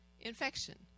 infection